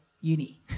uni